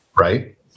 right